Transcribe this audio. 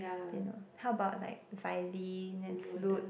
piano how about like violin and flute